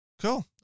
Cool